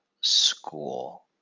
school